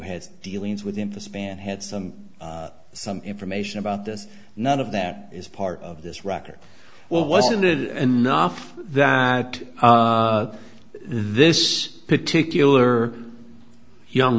had dealings with him for spann had some some information about this none of that is part of this record well wasn't it enough that this particular young